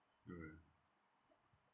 oo uh